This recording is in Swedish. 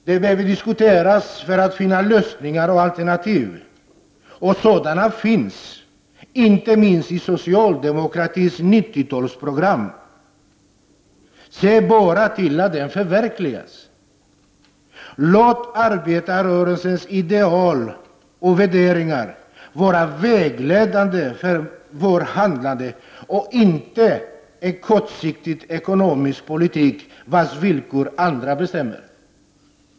Det behöver diskuteras för att vi skall kunna finna lösningar och alternativ — och sådana finns, inte minst i socialdemokratins 90-talsprogram. Se bara till att det förverkligas! Låt arbetarrörelsens ideal och värderingar vara vägledande för vårt handlande och inte en kortsiktig ekonomisk politik, vars villkor andra bestämmer!